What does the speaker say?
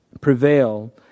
prevail